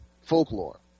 folklore